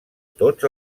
tots